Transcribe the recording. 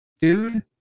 Dude